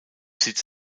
sitz